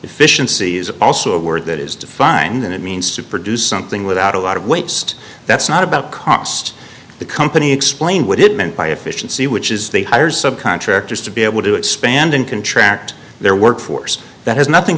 efficiency is also a word that is to find that it means to produce something without a lot of waste that's not about cost the company explained what it meant by efficiency which is they hire some contractors to be able to expand and contract their work force that has nothing